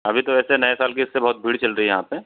अभी तो वैसे नये साल के इससे बहुत भीड़ चल रही है यहाँ पर